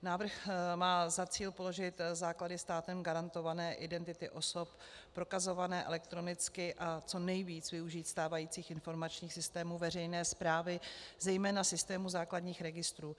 Návrh má za cíl položit základy státem garantované identity osob prokazované elektronicky a co nejvíc využít stávajících informačních systémů veřejné správy, zejména systému základních registrů.